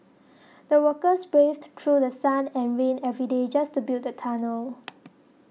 the workers braved through The Sun and rain every day just to build the tunnel